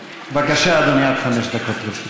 בבקשה, אדוני, עד חמש דקות לרשותך.